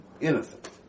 innocent